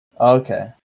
okay